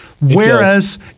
Whereas